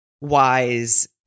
wise